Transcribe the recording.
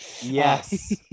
Yes